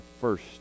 first